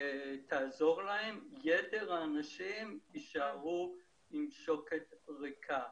יתר האנשים יישארו עם שוקת ריקה.